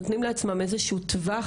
באיזה שהוא מקום נותנים לעצמם איזה שהוא טווח